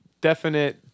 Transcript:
definite